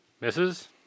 Misses